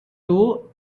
too